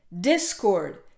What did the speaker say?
discord